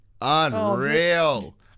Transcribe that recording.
Unreal